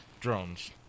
drones